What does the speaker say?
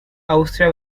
austria